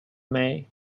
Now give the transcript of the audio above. may